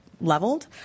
leveled